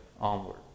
onward